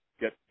get